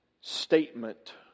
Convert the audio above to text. statement